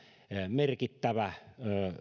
merkittävä